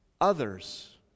others